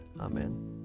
Amen